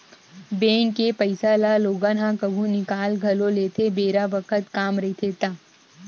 bank के पइसा ल लोगन ह कभु निकाल घलो लेथे बेरा बखत काम रहिथे ता